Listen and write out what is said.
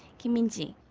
kim min-ji,